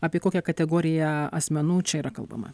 apie kokią kategoriją asmenų čia yra kalbama